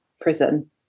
prison